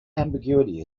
ambiguity